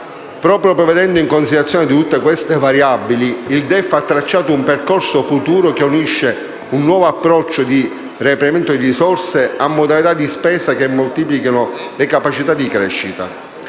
Proprio prendendo in considerazione tutte queste variabili, il DEF 2016 ha tracciato un percorso futuro che unisce un nuovo approccio di reperimento delle risorse a modalità di spesa che moltiplichino le capacità di crescita.